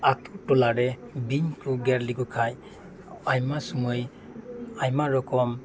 ᱟ ᱛᱩ ᱴᱚᱞᱟ ᱨᱮ ᱵᱤᱧ ᱠᱚ ᱜᱮᱨ ᱞᱮᱠᱚ ᱠᱷᱟᱱ ᱟᱭᱢᱟ ᱥᱩᱢᱟᱹᱭ ᱟᱭᱢᱟ ᱨᱚᱠᱚᱢ